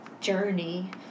journey